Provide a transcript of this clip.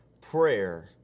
Prayer